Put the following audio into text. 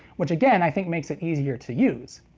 which again i think makes it easier to use.